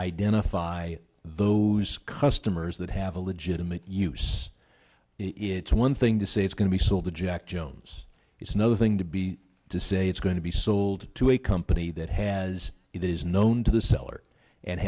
identify those customers that have a legitimate use it's one thing to say it's going to be sold to jack jones it's another thing to be to say it's going to be sold to a company that has it is known to the seller and